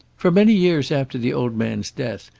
for many years after the old man's death,